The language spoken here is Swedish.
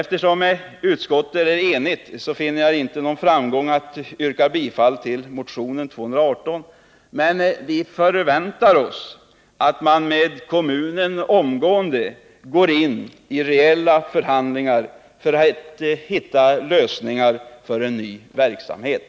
Eftersom utskottet är enigt finner jag inte någon utsikt till framgång med att yrka bifall till motionen 218, men vi förväntar oss att man omgående går in i reella förhandlingar med kommunen för att hitta lösningar som kan leda till en ny verksamhet.